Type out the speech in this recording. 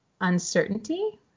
uncertainty